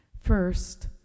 First